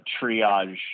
triage